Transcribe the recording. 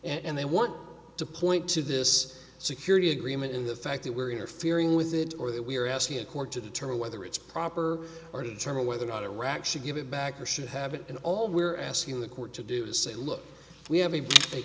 and they want to point to this security agreement in the fact that we're interfering with it or that we are asking a court to determine whether it's proper or to determine whether or not iraq should give it back or should have it and all we're asking the court to do is say look we have a